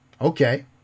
Okay